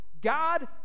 God